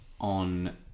on